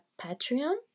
Patreon